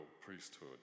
priesthood